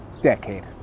decade